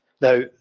Now